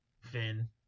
Finn